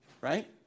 Right